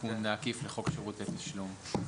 התיקון העקיף לחוק שירותי תשלום.